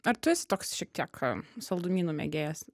ar tu esi toks šiek tiek saldumynų mėgėjas